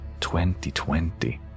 2020